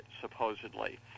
supposedly